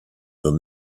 than